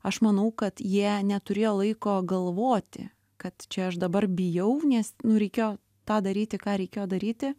aš manau kad jie neturėjo laiko galvoti kad čia aš dabar bijau nes nu reikėjo tą daryti ką reikėjo daryti